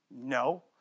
No